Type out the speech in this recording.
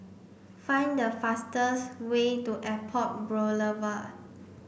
find the fastest way to Airport Boulevard